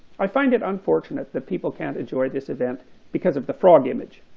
i find it unfortunate that people can't enjoy this event because of the frog image.